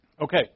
Okay